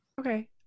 Okay